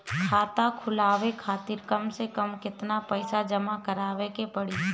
खाता खुलवाये खातिर कम से कम केतना पईसा जमा काराये के पड़ी?